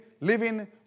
living